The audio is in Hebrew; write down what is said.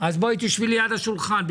אז בואי שבי ליד השולחן.